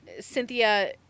Cynthia